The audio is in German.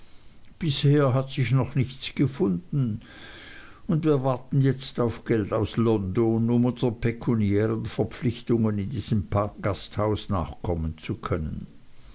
bisher hat sich noch nichts gefunden und wir warten jetzt auf geld aus london um unsern pekuniären verpflichtungen in diesem gasthaus nachkommen zu können